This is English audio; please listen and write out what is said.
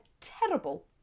terrible